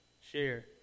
share